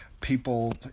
people